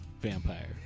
vampire